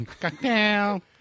Cocktail